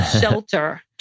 shelter